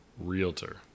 realtor